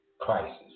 crisis